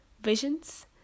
visions